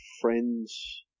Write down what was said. friends